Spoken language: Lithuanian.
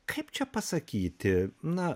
kaip čia pasakyti na